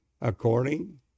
according